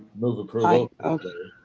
move approval.